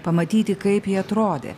pamatyti kaip ji atrodė